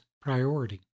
priority